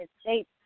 States